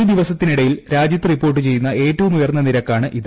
ഒരു ദ്വിവ്സുത്തിനിടയിൽ രാജ്യത്ത് റിപ്പോർട്ട് ചെയ്യുന്ന ഏറ്റവും ഉയർന്ന ന്യിരക്കാണിത്